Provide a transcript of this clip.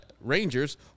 Rangers